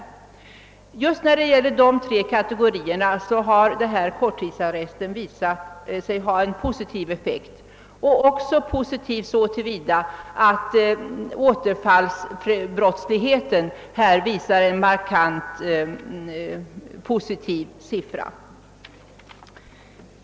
Just i fråga om dessa tre kategorier har korttidsarresten visat sig ha en positiv effekt, positiv också så till vida att återfallsbrottsligheten visat en markant lägre siffra.